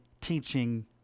teaching